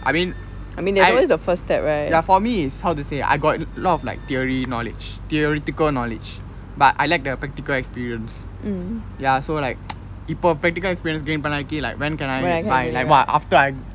I mean I ya for me it's how to say I got lot of like theory knowledge theoretical knowledge but I lack the practical experience ya so like இப்போ:ippo practical experience gain பன்னாட்டி:pannatti like when can I buy like !wah! after I